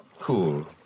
Cool